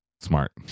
Smart